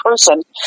person